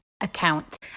account